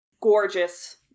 gorgeous